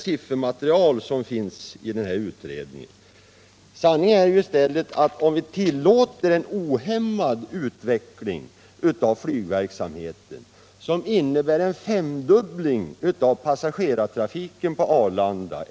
Siffermaterialet visar att om vi vill tillåta en ohämmad utveckling av flygverksamheten blir det en femdubbling av passagerartrafiken på Arlanda.